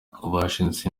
bashinze